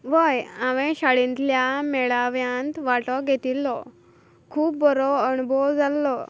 वय हांवें शाळेंतल्या मेळाव्यांत वांटो घेतिल्लो खूब बरो अणभोव जाल्लो